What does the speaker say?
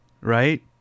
right